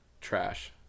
Trash